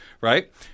Right